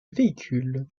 véhicule